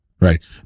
right